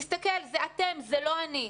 תסתכל, זה לא אתם, זה לא אני.